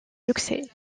succès